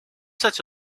such